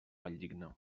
valldigna